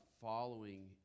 following